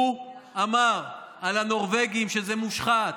הוא אמר על הנורבגים שזה מושחת,